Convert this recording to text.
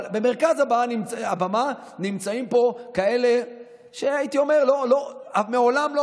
אבל במרכז הבמה נמצאים פה כאלה שהייתי אומר שמעולם,